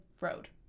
road